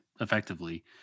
effectively